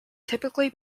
typically